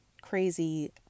crazy